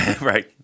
Right